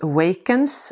Awakens